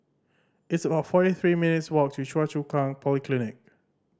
it's about forty three minutes' walk to Choa Chu Kang Polyclinic